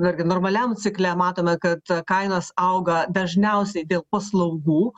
irgi normaliam cikle matome kad kainos auga dažniausiai dėl paslaugų